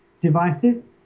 devices